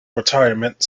retirement